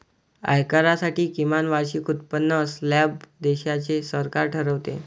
आयकरासाठी किमान वार्षिक उत्पन्न स्लॅब देशाचे सरकार ठरवते